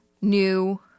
new